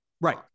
right